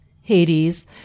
Hades